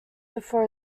before